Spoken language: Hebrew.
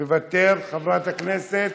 מוותר, חברת הכנסת